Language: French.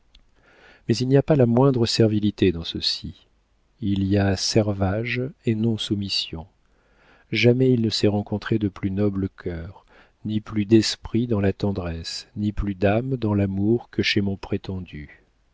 mais il n'y a pas la moindre servilité dans ceci il y a servage et non soumission jamais il ne s'est rencontré de plus noble cœur ni plus d'esprit dans la tendresse ni plus d'âme dans l'amour que chez mon prétendu